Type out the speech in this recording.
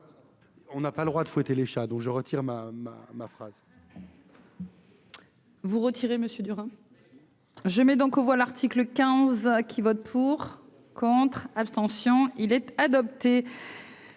On n'a pas le droit de fouetter les chats, donc je retire ma ma